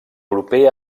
proper